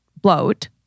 bloat